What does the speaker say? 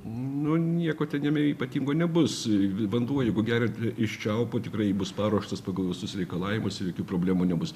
nu nieko ten jame ypatingo nebus vanduo jeigu geria iš čiaupo tikrai bus paruoštas pagal visus reikalavimus ir jokių problemų nebus